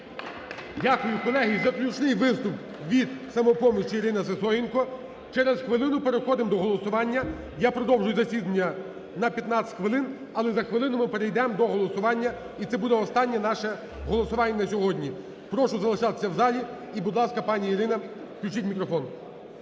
Дякую. Колеги, заключний виступ від "Самопомочі" – Ірина Сисоєнко. Через хвилину переходимо до голосування. Я продовжую засідання на 15 хвилин. Але за хвилину ми перейдемо до голосування. І це буде останнє наше голосування на сьогодні. Прошу залишатися в залі. І, будь ласка, пані Ірина. Включіть мікрофон.